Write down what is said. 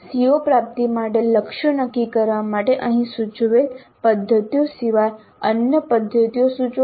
CO પ્રાપ્તિ માટે લક્ષ્યો નક્કી કરવા માટે અહીં સૂચવેલ પદ્ધતિઓ સિવાય અન્ય પદ્ધતિઓ સૂચવો